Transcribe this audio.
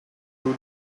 two